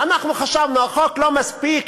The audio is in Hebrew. ואנחנו חשבנו: החוק לא מספיק?